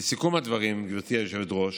לסיכום הדברים, גברתי היושבת-ראש,